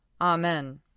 Amen